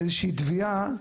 לאיזושהי תביעה,